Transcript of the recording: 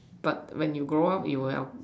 but when you grow up you will help